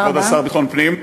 כבוד השר לביטחון פנים,